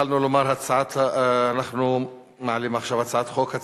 אנחנו נעבור להצעת החוק הבאה והיא הצעת חוק